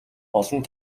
олон